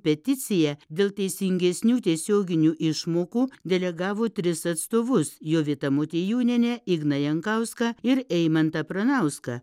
peticija dėl teisingesnių tiesioginių išmokų delegavo tris atstovus jovitą motiejūnienę igną jankauską ir eimantą pranauską